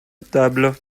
notable